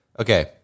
Okay